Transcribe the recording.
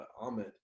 Ahmed